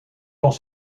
dans